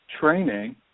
training